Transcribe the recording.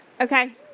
okay